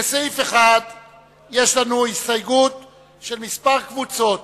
לסעיף 1 יש לנו הסתייגות של כמה קבוצות.